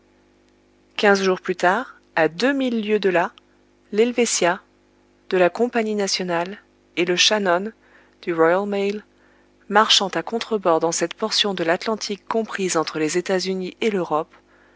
quinze jours plus tard à deux mille lieues de là l'helvetia de la compagnie nationale et le shannon du royal mail marchant à contrebord dans cette portion de l'atlantique comprise entre les états-unis et l'europe